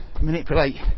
manipulate